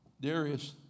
Darius